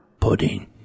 pudding